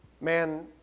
man